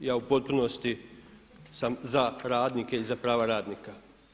Ja u potpunosti sam za radnike i za prava radnika.